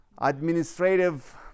administrative